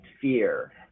fear